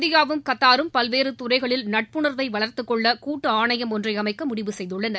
இந்தியாவும் கத்தாரும் பல்வேறு துறைகளில் நட்புணர்வை வளர்த்துக் கொள்ள கூட்டு ஆணையம் ஒன்றை அமைக்க முடிவு செய்துள்ளன